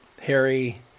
Harry